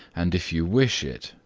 and if you wish it,